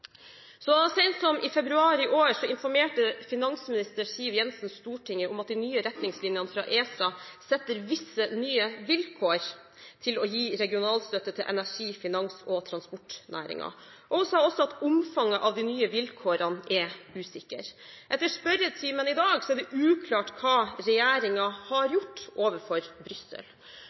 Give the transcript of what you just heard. Så sent som i februar i år informerte finansminister Siv Jensen Stortinget om at de nye retningslinjene fra ESA setter visse nye vilkår for regionalstøtte til energi-, finans- og transportnæringen. Hun sa også at omfanget av de nye vilkårene er usikkert. Etter spørretimen i dag er det uklart hva regjeringen har gjort overfor Brussel.